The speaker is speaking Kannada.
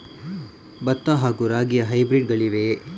ಭತ್ತ ಹಾಗೂ ರಾಗಿಯ ಹೈಬ್ರಿಡ್ ಗಳಿವೆಯೇ?